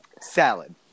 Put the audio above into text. Salad